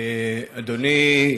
אדוני,